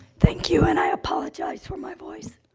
thank you, and i apologize for my voice.